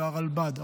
זה הרלב"ד.